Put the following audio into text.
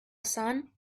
sun